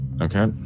Okay